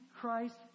christ